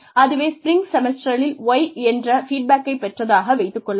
அதுவே ஸ்பிரிங் செமஸ்டரில் Y என்ற ஃபீட்பேக்கை பெற்றதாக வைத்துக் கொள்வோம்